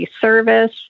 Service